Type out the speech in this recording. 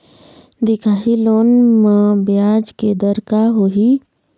दिखाही लोन म ब्याज के दर का होही?